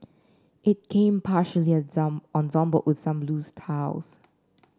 it came partially assembled with some loose tiles